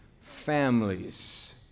families